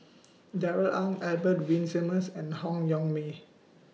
Darrell Ang Albert Winsemius and Han Yong May